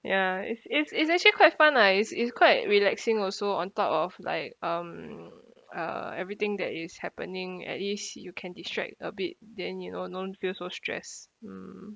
ya it's it's it's actually quite fun lah it's it's quite relaxing also on top of like um uh everything that is happening at least you can distract a bit then you know don't feel so stressed mm